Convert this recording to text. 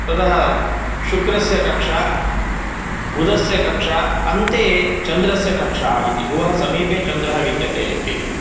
ततः शुक्रस्य कक्षा बुधस्य कक्षा अन्ते चन्द्रस्य कक्षा इति भुवः समीपे चन्द्रः विद्यते इति